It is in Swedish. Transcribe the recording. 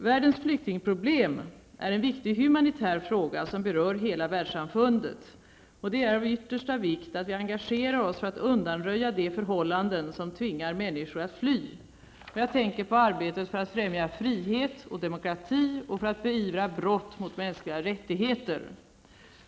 Världens flyktingproblem är en viktig humanitär fråga som berör hela världssamfundet. Det är av yttersta vikt att vi engagerar oss för att undanröja de förhållanden som tvingar människor att fly. Jag tänker på arbetet för att främja frihet och demokrati och för att beivra brott mot mänskliga rättigheter.